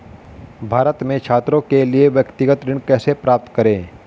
भारत में छात्रों के लिए व्यक्तिगत ऋण कैसे प्राप्त करें?